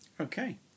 okay